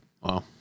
wow